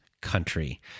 country